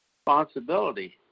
responsibility